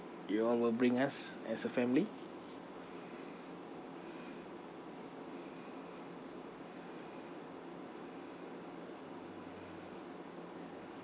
you all will bring us as a family